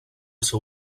seu